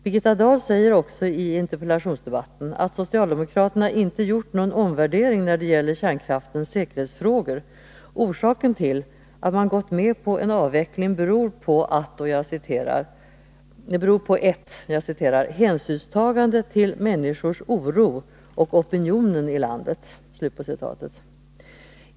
Birgitta Dahl säger också i interpellationsdebatten att socialdemokraterna inte gjort någon omvärdering när det gäller kärnkraftens säkerhetsfrågor. Orsaken till att man gått med på en avveckling beror på ett ”hänsynstagande till människors oro och opinionen i landet”.